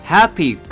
Happy